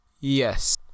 Yes